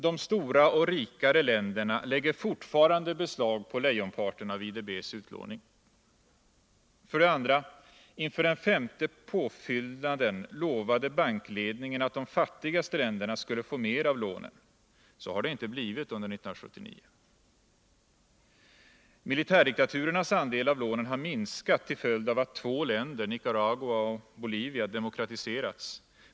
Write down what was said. De stora och rikare länderna lägger fortfarande beslag på lejonparten av IDB:s utlåning. 2. Inför den femte påfyllnaden lovade bankledningen att de fattigaste länderna skulle få mer av lånen. Så har det inte blivit under 1979. 3. Militärdiktaturernas andel av lånen har minskat till följd av att två länder, Nicaragua och Bolivia, demokratiserats.